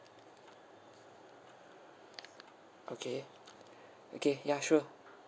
okay okay yeah sure